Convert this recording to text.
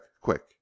quick